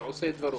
ועושה דברו.